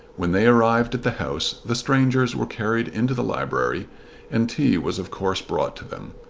when they arrived at the house the strangers were carried into the library and tea was of course brought to them.